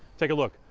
take a look.